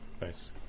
nice